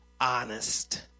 honest